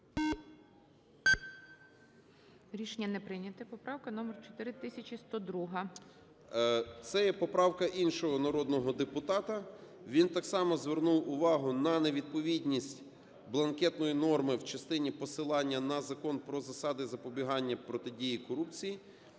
Рішення не прийнято. Поправка номер 4102. 17:11:43 СИДОРОВИЧ Р.М. Це є поправка іншого народного депутата. Він так само звернув увагу на невідповідність бланкетної норми в частині посилання на Закон "Про засади запобігання і протидії корупції"